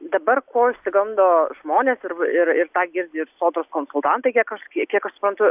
dabar ko išsigando žmonės ir ir ir tą girdi ir sodros konsultantai kažkie kiek aš suprantu